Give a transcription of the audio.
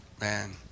Man